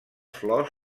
flors